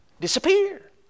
disappear